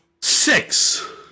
Six